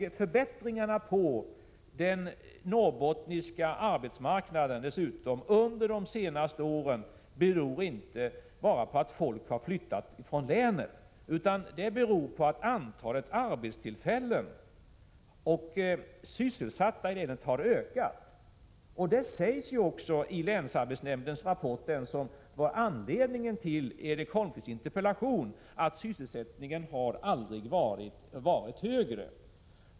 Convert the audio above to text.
De förbättringar på den norrbottniska arbetsmarknaden som dessutom har skett under de senaste åren beror inte bara på att folk har flyttat från länet. Det beror också på att antalet arbetstillfällen och antalet sysselsätta i länet har ökat. Det sägs ju också i länsarbetsnämndens rapport — den rapport som var anledningen till Erik Holmkvists interpellation — att sysselsättningen aldrig har varit högre.